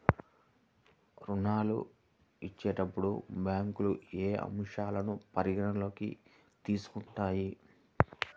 ఋణాలు ఇచ్చేటప్పుడు బ్యాంకులు ఏ అంశాలను పరిగణలోకి తీసుకుంటాయి?